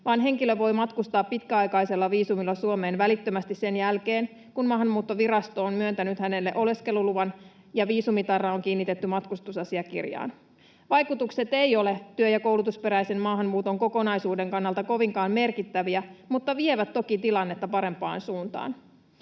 vaan henkilö voi matkustaa pitkäaikaisella viisumilla Suomeen välittömästi sen jälkeen, kun Maahanmuuttovirasto on myöntänyt hänelle oleskeluluvan ja viisumitarra on kiinnitetty matkustusasiakirjaan. Vaikutukset eivät ole työ- ja koulutusperäisen maahanmuuton kokonaisuuden kannalta kovinkaan merkittäviä mutta vievät toki tilannetta parempaan suuntaan.